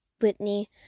Whitney